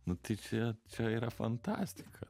nu tai čia čia yra fantastika